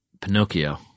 Pinocchio